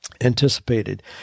anticipated